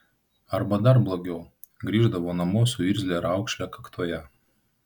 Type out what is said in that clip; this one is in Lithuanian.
arba dar blogiau grįždavo namo su irzlia raukšle kaktoje